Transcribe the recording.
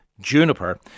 Juniper